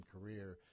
career